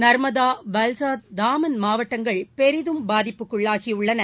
நர்மதா வல்சாத் தாமன் மாவட்டங்கள் பெரிதம் பாதிப்புள்ளாகியுள்ளன